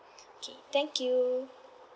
okay thank you